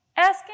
Asking